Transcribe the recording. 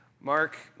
Mark